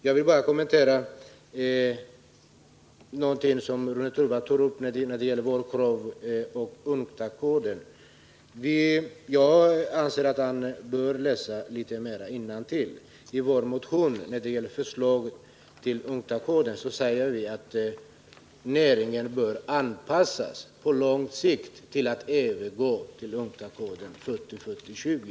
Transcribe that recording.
Jag vill nu bara kommentera vad Rune Torwald sade om vårt krav när det gäller UNCTAD-koden. Jag anser att han bör läsa litet bättre innantill i vår motion. Vi säger där att näringen bör anpassas på lång sikt till att övergå till UNCTAD-koden 40-40-20.